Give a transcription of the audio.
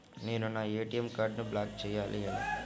నేను నా ఏ.టీ.ఎం కార్డ్ను బ్లాక్ చేయాలి ఎలా?